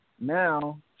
Now